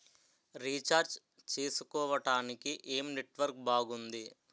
Recharge చేసుకోవటానికి ఏం network బాగుంది?